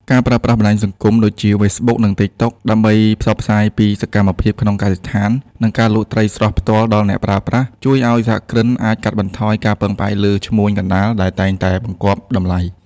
ការប្រើប្រាស់បណ្ដាញសង្គមដូចជា Facebook និង TikTok ដើម្បីផ្សព្វផ្សាយពីសកម្មភាពក្នុងកសិដ្ឋាន និងការលក់ត្រីស្រស់ផ្ទាល់ដល់អ្នកប្រើប្រាស់ ជួយឱ្យសហគ្រិនអាចកាត់បន្ថយការពឹងផ្អែកលើឈ្មួញកណ្ដាលដែលតែងតែបង្កាប់តម្លៃ។